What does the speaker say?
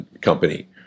company